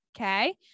Okay